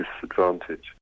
disadvantage